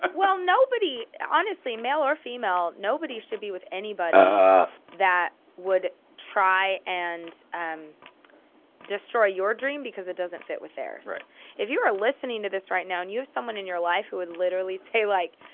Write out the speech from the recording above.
ah well, nobody honestly, male or female, nobody should be with anybody that would try and um destroy your dream because it doesn't fit with their right if you're ah listening to this right now and you have someone in your life who would literally say, like,